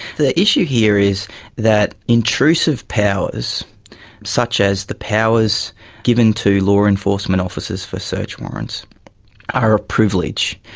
the issue here is that intrusive powers such as the powers given to law enforcement officers for search warrants are a privilege,